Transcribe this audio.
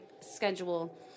Schedule